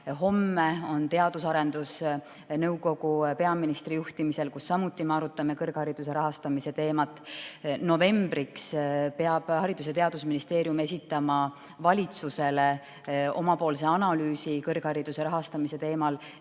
homme on Teadus- ja Arendusnõukogu koosolek peaministri juhtimisel, kus me samuti arutame kõrghariduse rahastamise teemat. Novembriks peab Haridus- ja Teadusministeerium esitama valitsusele omapoolse analüüsi kõrghariduse rahastamise kohta.